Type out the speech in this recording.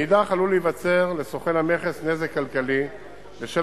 מאידך עלול להיווצר לסוכן המכס נזק כלכלי בשל